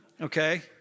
okay